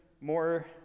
more